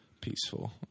peaceful